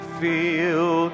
feel